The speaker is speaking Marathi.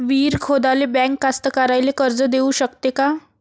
विहीर खोदाले बँक कास्तकाराइले कर्ज देऊ शकते का?